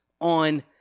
on